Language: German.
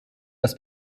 das